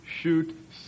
shoot